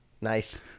Nice